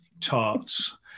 tarts